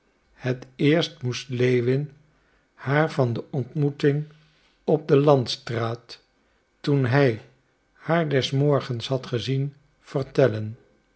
het eerst moest lewin haar van de ontmoeting op de landstraat toen hij haar des morgens had gezien vertellen